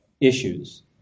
issues